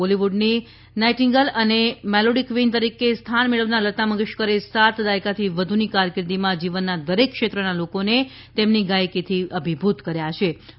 બોલીવુડની nightingale અને melody queen તરીકે સ્થાન મેળવનાર લતા મંગેશકરે સાત દાયકાથી વધુની કારકીર્દિમાં જીવનના દરેક ક્ષેત્રના લોકોને તેમની ગાયકીથી અભિભૂત કર્યાછે